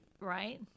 Right